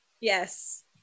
yes